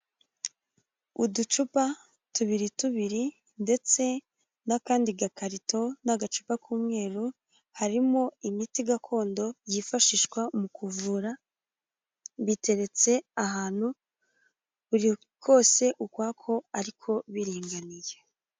Uducupa tubiri tubiri ndetse n'akandi gakarito n'agacupa k'umweru harimo imiti gakondo yifashishwa mu kuvura biteretse ahantu buri kose ukwako ariko biringaniye.